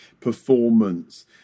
performance